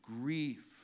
grief